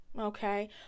okay